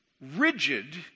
rigid